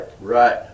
Right